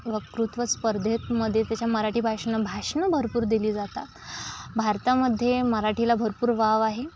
वकृत्व स्पर्धेत मध्ये त्याच्या मराठी भाषेने भाषणं भरपूर दिली जातात भारतामध्ये मराठीला भरपूर वाव आहे